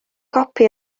copi